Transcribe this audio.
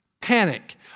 panic